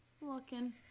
looking